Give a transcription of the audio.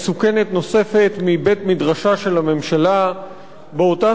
מסוכנת נוספת מבית-מדרשה של הממשלה באותה